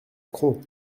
crau